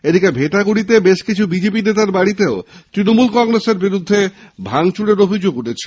এছাড়াও ভেটাগুড়িতে বেশকিছু বিজেপি নেতার বাড়িতে তৃণমূল কংগ্রেসের বিরুদ্ধে ভাঙচুরের অভিযোগ উঠেছে